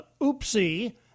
oopsie